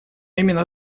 именно